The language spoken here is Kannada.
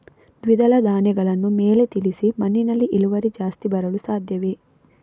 ದ್ವಿದಳ ಧ್ಯಾನಗಳನ್ನು ಮೇಲೆ ತಿಳಿಸಿ ಮಣ್ಣಿನಲ್ಲಿ ಇಳುವರಿ ಜಾಸ್ತಿ ಬರಲು ಸಾಧ್ಯವೇ?